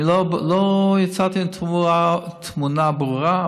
אני לא יצאתי עם תמונה ברורה,